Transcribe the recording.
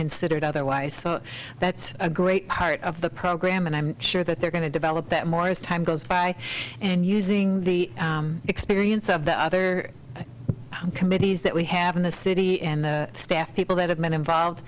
considered otherwise so that's a great part of the program and i'm sure that they're going to develop that more as time goes by and using the experience of the other committees that we have in the city and the staff people that have been involved